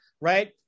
right